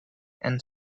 and